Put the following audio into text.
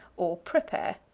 or prepare.